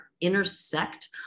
intersect